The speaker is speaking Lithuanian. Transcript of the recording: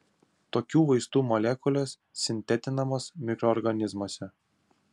tokių vaistų molekulės sintetinamos mikroorganizmuose